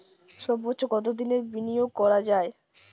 সর্বোচ্চ কতোদিনের বিনিয়োগ করা যায়?